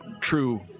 true